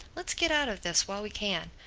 let's get out of this while we can.